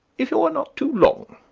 if you are not too long.